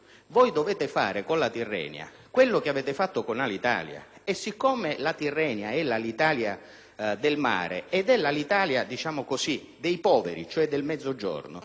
solo: dovete fare con la Tirrenia quello che avete fatto con Alitalia. Siccome la Tirrenia è l'Alitalia del mare ed è l'Alitalia dei poveri, cioè del Mezzogiorno,